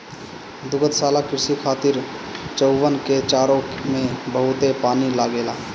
दुग्धशाला कृषि खातिर चउवन के चारा में बहुते पानी लागेला